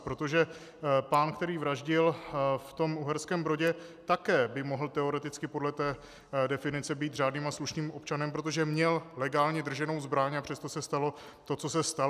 Protože pán, který vraždil v Uherském Brodě, také by mohl teoreticky podle té definice být řádným a slušným občanem, protože měl legálně drženou zbraň, a přesto se stalo to, co se stalo.